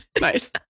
Nice